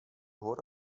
hor